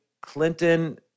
Clinton